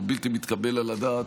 הוא בלתי מתקבל על הדעת,